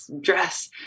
Dress